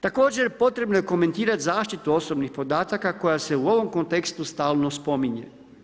Također, potrebno je komentirat zaštitu osobnih podataka koja se u ovom kontekstu stalno ne spominje.